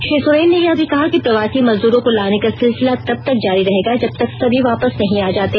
श्री सोरेन ने यह भी कहा कि प्रवासी मजदूरों को लाने का सिलसिला तबतक जारी रहेगा जबतक सभी वापस नहीं आ जाते